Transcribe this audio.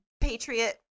Patriot